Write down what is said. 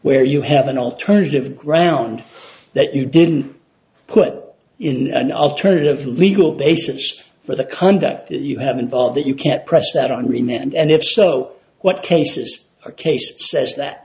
where you have an alternative ground that you didn't put in an alternative legal basis for the conduct that you have involved that you can't pressure on rina and if so what cases or case says that